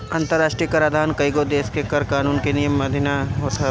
अंतरराष्ट्रीय कराधान कईगो देस के कर कानून के नियम के अधिन होत हवे